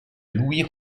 louis